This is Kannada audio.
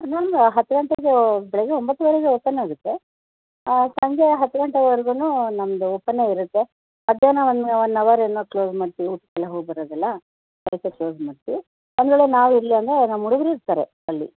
ನಮ್ಮದು ಹತ್ತು ಗಂಟೆಗೆ ಓ ಬೆಳಗ್ಗೆ ಒಂಬತ್ತೂವರೆಗೆ ಓಪನ್ ಆಗುತ್ತೆ ಸಂಜೆ ಹತ್ತು ಗಂಟೆವರ್ಗೂನೂ ನಮ್ದು ಓಪನ್ನೇ ಇರುತ್ತೆ ಮಧ್ಯಾಹ್ನ ಒನ್ನ ಒನ್ ಅವರ್ ಏನೋ ಕ್ಲೋಸ್ ಮಾಡ್ತೀವಿ ಊಟಕ್ಕೆಲ್ಲ ಹೋಗ್ಬರೋದಲ್ಲ ಅದಕ್ಕೆ ಕ್ಲೋಸ್ ಮಾಡ್ತೀವಿ ಒಂದು ವೇಳೆ ನಾವು ಇರಲಿಲ್ಲ ಅಂದರೆ ನಮ್ಮ ಹುಡುಗ್ರ್ ಇರ್ತಾರೆ ಅಲ್ಲಿ